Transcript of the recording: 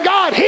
God